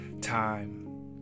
time